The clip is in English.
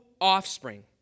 offspring